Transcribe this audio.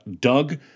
Doug